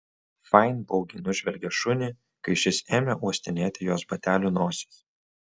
fain baugiai nužvelgė šunį kai šis ėmė uostinėti jos batelių nosis